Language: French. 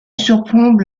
surplombe